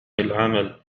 العمل